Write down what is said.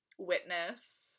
witness